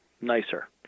nicer